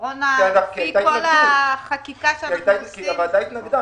כי הוועדה התנגדה.